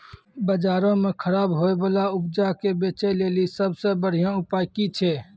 बजारो मे खराब होय बाला उपजा के बेचै लेली सभ से बढिया उपाय कि छै?